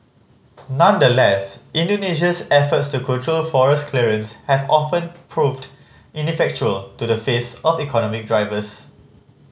nonetheless Indonesia's efforts to control forest clearance have often proved ineffectual to the face of economic drivers